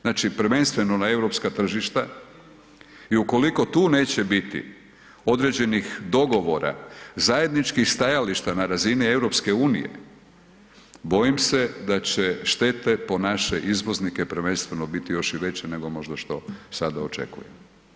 Znači prvenstveno na europska tržišta i ukoliko tu neće biti određenih dogovora, zajedničkih stajališta na razini EU-a, bojim se da će štete po naše izvoznike prvenstveno biti još i veće nego možda što sada očekujemo.